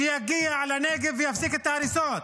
שיגיע לנגב ויפסיק את ההריסות.